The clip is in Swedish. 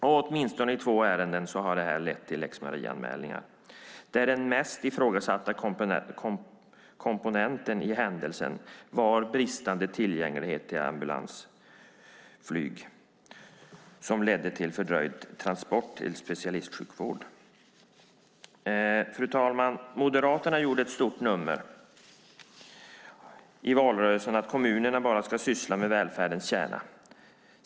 I åtminstone två ärenden har det lett till lex Maria-anmälningar, där den mest ifrågasatta komponenten i händelsen var bristande tillgänglighet till ambulansflyg vilket ledde till fördröjd transport till specialistsjukvård. Fru talman! Moderaterna gjorde ett stort nummer i valrörelsen av att kommunerna bara ska syssla med välfärdens kärna.